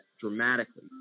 dramatically